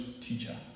teacher